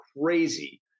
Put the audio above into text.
crazy